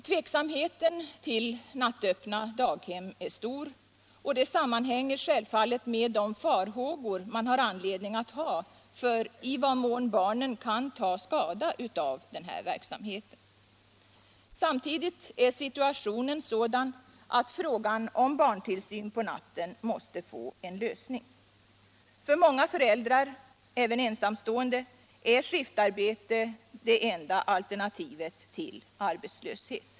Tveksamheten till nattöppna daghem är stor och det sammanhänger självfallet med de farhågor man har anledning att ha för i vad mån barnen kan ta skada av verksamheten. Samtidigt är situationen sådan att frågan om barntillsyn på natten måste få en lösning. För många föräldrar, även ensamstående, är skiftarbete det enda alternativet till arbetslöshet.